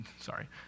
sorry